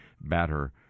batter